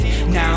Now